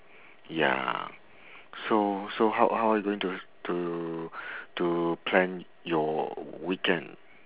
ya so so how how you going to to to plan your weekend